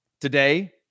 today